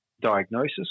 diagnosis